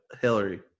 Hillary